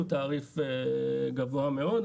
הוא תעריף גבוה מאוד.